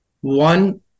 one